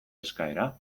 eskaera